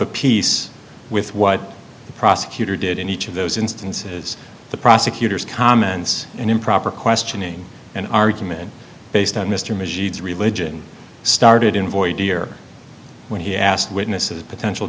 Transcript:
a piece with what the prosecutor did in each of those instances the prosecutor's comments an improper questioning an argument based on mr machines religion started in void year when he asked witnesses potential